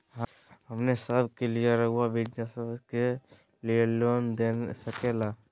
हमने सब के लिए रहुआ बिजनेस के लिए लोन दे सके ला?